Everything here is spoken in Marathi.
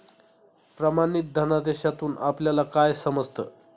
प्रमाणित धनादेशातून आपल्याला काय समजतं?